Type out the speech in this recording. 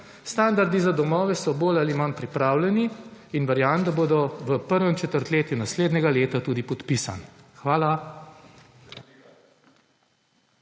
Standardi za domove so bolj ali manj pripravljeni in verjamem, da bodo v prvem četrtletju naslednje leta tudi podpisani. Hvala.